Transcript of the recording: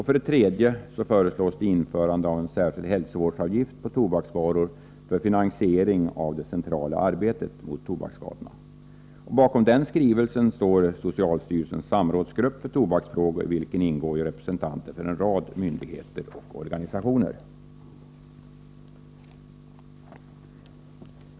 För det tredje föreslås införande av en särskild hälsovårdsavgift för tobaksvaror för finansiering av det centrala arbetet mot tobaksskador. Bakom denna skrivelse står socialstyrelsens samrådsgrupp för tobaksfrågor, i vilken ingår representanter för en rad myndigheter och organisationer.